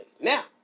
Now